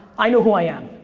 i know who i am.